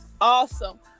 Awesome